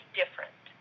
different